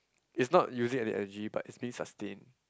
is not using any energy but is being sustain